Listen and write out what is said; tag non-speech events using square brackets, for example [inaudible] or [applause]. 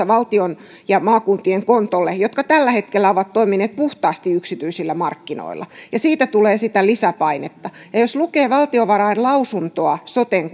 [unintelligible] valtion ja maakuntien kontolle jotka tällä hetkellä ovat toimineet puhtaasti yksityisillä markkinoilla ja siitä tulee sitä lisäpainetta ja ja jos lukee valtiovarain lausuntoa soten [unintelligible]